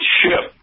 ship